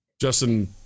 Justin